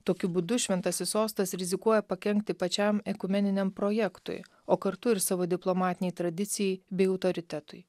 tokiu būdu šventasis sostas rizikuoja pakenkti pačiam ekumeniniam projektui o kartu ir savo diplomatinei tradicijai bei autoritetui